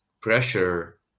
pressure